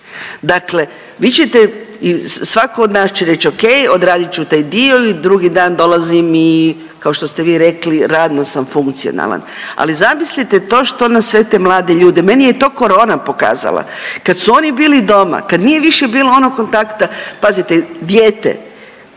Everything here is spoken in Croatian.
Dakle, vi ćete i svako od nas će reć okej, odradit ću taj dio i drugi dan dolazim i kao što ste vi rekli radno sam funkcionalan, ali zamislite to što na sve te mlade ljude, meni je to korona pokazala. Kad su oni bili doma, kad nije više bilo onog kontakta, pazite dijete